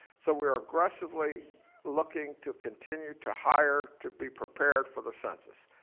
so we're aggressively looking to continue to hire to be prepared for the census.